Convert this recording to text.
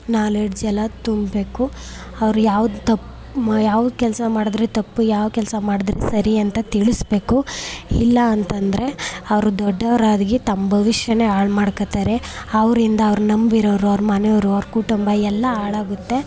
knowledge ಎಲ್ಲ ತುಂಬಬೇಕು ಅವ್ರು ಯಾವ್ದು ತಪ್ಪು ಯಾವ ಕೆಲಸ ಮಾಡಿದ್ರೆ ತಪ್ಪು ಯಾವ ಕೆಲಸ ಮಾಡಿದ್ರೆ ಸರಿ ಅಂತ ತಿಳಿಸಬೇಕು ಇಲ್ಲ ಅಂತಂದರೆ ಅವರು ದೊಡ್ಡವರಾಗಿ ತಮ್ಮ ಭವಿಷ್ಯನೇ ಹಾಳು ಮಾಡ್ಕೋತಾರೆ ಅವರಿಂದ ಅವ್ರು ನಂಬಿರೋರು ಅವ್ರ ಮನೆಯವರು ಅವ್ರ ಕುಟುಂಬ ಎಲ್ಲ ಹಾಳಾಗುತ್ತೆ